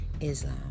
Islam